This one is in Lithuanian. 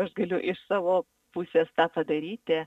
aš galiu iš savo pusės tą padaryti